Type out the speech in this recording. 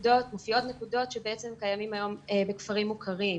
נקודות שבעצם קיימים היום בכפרים מוכרים,